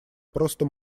просто